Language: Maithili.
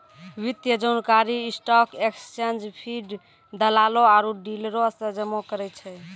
वित्तीय जानकारी स्टॉक एक्सचेंज फीड, दलालो आरु डीलरो से जमा करै छै